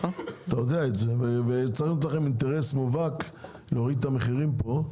אתה יודע את זה וצריך להיות לכם אינטרס מובהק להוריד את המחירים פה,